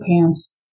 pants